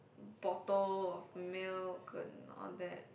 bottle of milk and all that